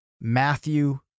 Matthew